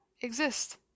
Exist